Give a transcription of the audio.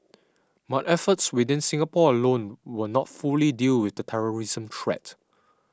but efforts within Singapore alone will not fully deal with the terrorism threat